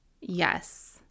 Yes